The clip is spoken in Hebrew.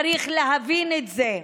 צריך להבין את זה.